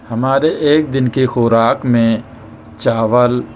ہمارے ایک دن کے خوراک میں چاول